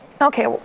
Okay